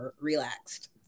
relaxed